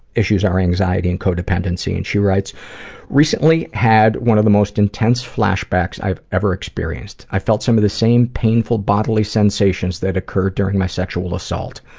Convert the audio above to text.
issues, her anxiety, and codependency and she writes recently had one of the most intense flashbacks i've ever experienced. i felt some of the same painful bodily sensations that occurred during my sexual assault.